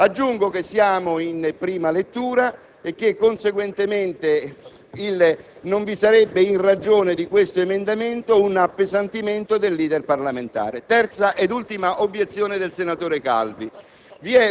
Aggiungo che siamo in prima lettura e che, conseguentemente, non vi sarebbe, in ragione di questo emendamento, un appesantimento dell'*iter* parlamentare. La terza ed ultima obiezione del senatore Calvi